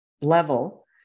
level